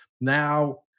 Now